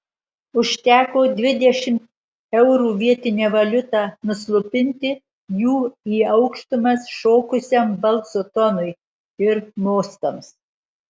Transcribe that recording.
užteko dvidešimt eurų vietine valiuta nuslopinti jų į aukštumas šokusiam balso tonui ir mostams